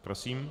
Prosím.